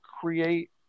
create